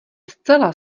zcela